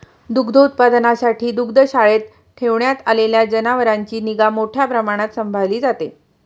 दुग्धोत्पादनासाठी दुग्धशाळेत ठेवण्यात आलेल्या जनावरांची निगा मोठ्या प्रमाणावर सांभाळली जाते